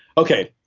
okay,